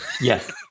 Yes